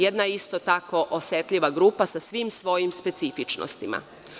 Jedna isto tako osetljiva grupa sa svim svojim specifičnostima.